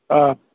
অঁ